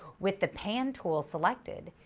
with the pan tool selected,